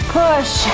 push